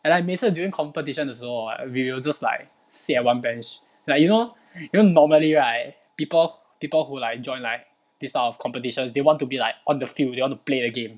at like 每次 during competition 的时候 hor like we will just like sit at one bench like you know you know normally right people people who like join like this type of competitions they want to be like on the field they want to play the game